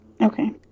okay